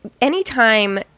anytime